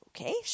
okay